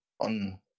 on